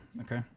Okay